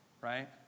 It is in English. right